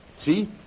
See